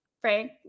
Frank